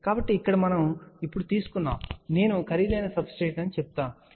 కాబట్టి ఇక్కడ మనము ఇప్పుడు తీసుకున్నాము నేను ఖరీదైన సబ్స్ట్రేట్ అని చెప్తాను కాబట్టి ఇది εr 2